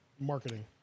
marketing